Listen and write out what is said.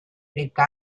detta